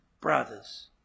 brothers